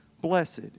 Blessed